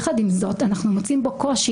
יחד עם זאת, אנחנו מוצאים בו קושי.